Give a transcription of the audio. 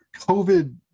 COVID